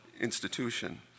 institution